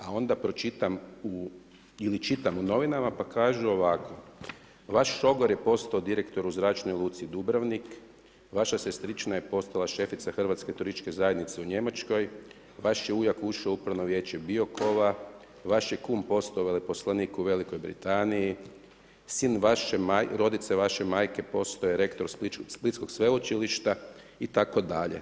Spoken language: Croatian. A onda pročitam u ili čitam u novinama, pa kažu ovako: „Vaš šogor je postao direktor u Zračnoj luci Dubrovnik, vaša sestrična je postala šefica Hrvatske turističke zajednice u Njemačkoj, vaš je ujak ušao u Upravno vijeće Biokova, vaš je kum postao veleposlanik u Velikoj Britaniji, sin rodice vaše majke postao je rektor splitskog Sveučilišta itd.